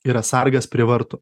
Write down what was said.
yra sargas prie vartų